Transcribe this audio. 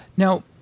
Now